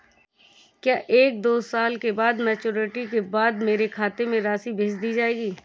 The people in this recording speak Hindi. क्या एक या दो साल की मैच्योरिटी के बाद मेरे खाते में राशि भेज दी जाएगी?